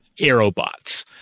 aerobots